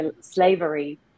slavery